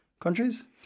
countries